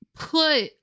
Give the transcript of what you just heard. put